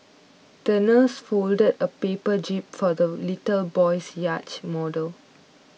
the nurse folded a paper jib for the little boy's yacht model